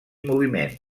moviment